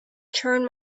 turn